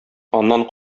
аннан